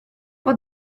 può